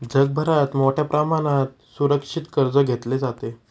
जगभरात मोठ्या प्रमाणात सुरक्षित कर्ज घेतले जाते